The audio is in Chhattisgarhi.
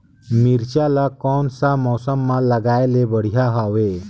मिरचा ला कोन सा मौसम मां लगाय ले बढ़िया हवे